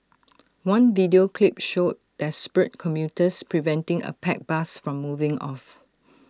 one video clip showed desperate commuters preventing A packed bus from moving off